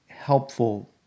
helpful